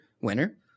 winner